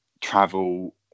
travel